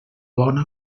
bona